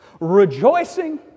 rejoicing